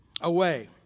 away